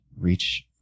reach